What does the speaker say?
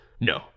No